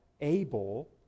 able